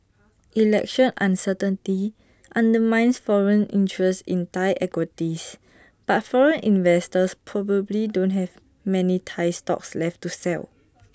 election uncertainty undermines foreign interest in Thai equities but overseas investors probably don't have many Thai stocks left to sell